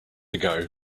ago